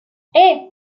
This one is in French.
hey